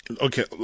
Okay